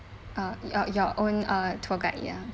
uh uh your own uh tour guide ya